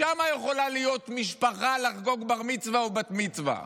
ושם יכולה להיות משפחה לחגוג בר-מצווה או בת-מצווה.